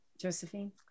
Josephine